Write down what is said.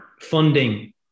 funding